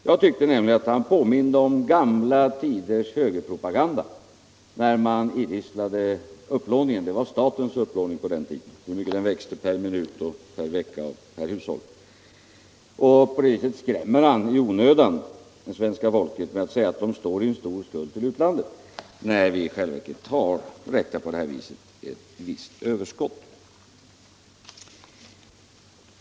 Jag tyckte nämligen att han påminde om gamla tiders högerpropaganda då man idisslade upplåningen — det var statens upplåning på den tiden - och man talade om hur mycket den växte per minut, per vecka och per hushåll. På samma sätt skrämmer han i onödan svenska folket genom att säga att vi står i stor skuld till utlandet när vi i själva verket har — räknat så som jag gjorde — ett visst överskott.